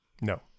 no